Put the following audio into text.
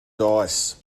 dice